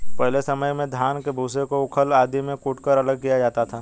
पहले के समय में धान के भूसे को ऊखल आदि में कूटकर अलग किया जाता था